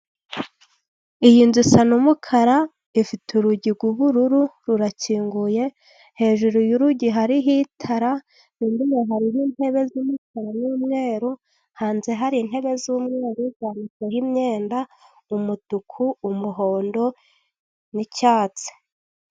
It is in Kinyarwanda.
Iyi nzu isa n'umukara ifite urugi rw'ubururu rurakinguye hejuru y'urugi hariho itara hino hariho intebe z'umukara n'umweru, hanze hari intebe z'umweru zanitseho imyenda umutuku, umuhondo n'icyatsi.